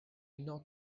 not